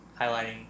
highlighting